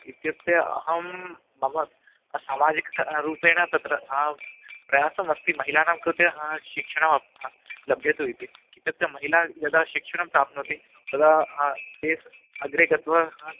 इत्युक्ते अहं मम सामाजिकरूपेण तत्र हां प्रयासम् अस्ति महिलानां कृते हा शिक्षणं ह लभ्यताम् इति इत्युक्ते महिला यदा शिक्षणं प्राप्नोति तदा ताः अग्रे गत्वा